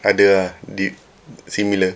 ada ah similar